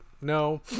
no